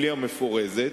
בלי המפורזת.